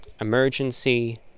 emergency